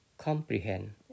comprehend